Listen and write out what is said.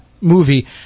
movie